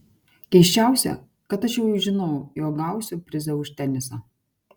keisčiausia kad aš jau žinau jog gausiu prizą už tenisą